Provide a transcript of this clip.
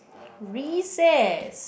recess